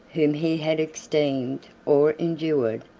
whom he had esteemed or endured,